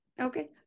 Okay